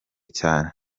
cyane